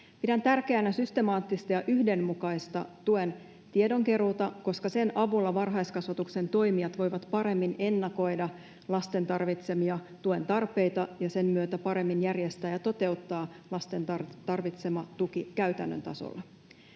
Pidän tärkeänä systemaattista ja yhdenmukaista tuen tiedon keruuta, koska sen avulla varhaiskasvatuksen toimijat voivat paremmin ennakoida lasten tarvitsemia tuen tarpeita ja sen myötä paremmin järjestää ja toteuttaa lasten tarvitseman tuen käytännön tasolla.